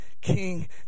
King